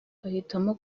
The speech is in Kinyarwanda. ahitamo